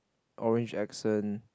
orange accent